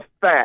fat